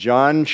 John